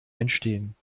entstehen